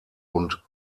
und